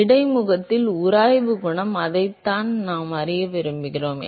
இடைமுகத்தில் உராய்வு குணகம் அதைத்தான் நாம் அறிய விரும்புகிறோம்